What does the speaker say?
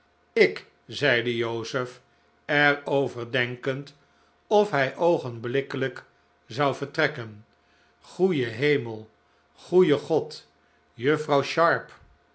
ik zeide joseph er over denkend of hij oogenblikkelijk zou vertrekken goeie hemel goeie godl juffrouw sharp